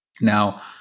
Now